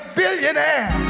billionaire